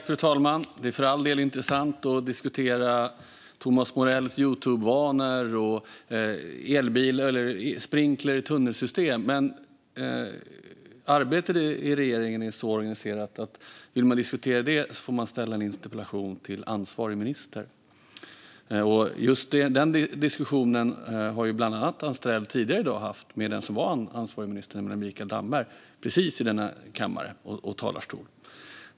Fru talman! Det är för all del intressant att diskutera Thomas Morells Youtube-vanor och sprinkler i tunnelsystem, men arbetet i regeringen är så organiserat att den som vill diskutera detta får ställa en interpellation till ansvarig minister. Just denna diskussion har ju Anstrell tidigare i dag haft med ansvarig minister, nämligen Mikael Damberg, precis i denna kammare och talarstol.